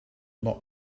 not